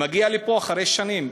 הוא מגיע לפה אחרי שנים,